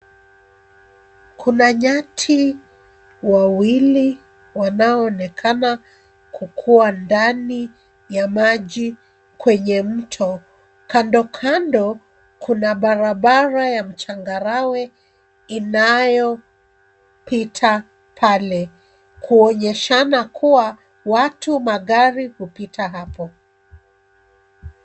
Kuna nyati wawili wanaoonekana kukua ndani ya maji, kwenye mto. Kando kando kuna barabara ya mchangarawe inayopita pale, kuonyeshana kua watu, magari hupita hapo.